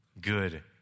good